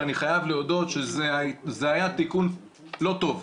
אני חייב להודות שזה היה תיקון לא טוב.